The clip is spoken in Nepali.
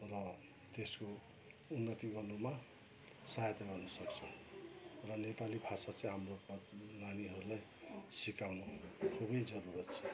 र त्यसको उन्नति गर्नुमा सहायता गर्नु सक्छौँ र नेपाली भाषा चाहिँ हाम्रो नानीहरूलाई सिकाउनु खुबै जरुरत छ